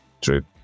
true